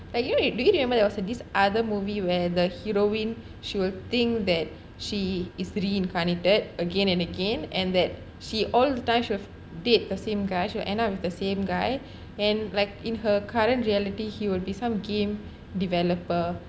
but you you do you remember there was this other movie where the heroine she will think that she is reincarnated again and again and that she all times with date the same guys will end up with the same guy and like in her current reality he will be some game developer